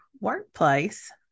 workplace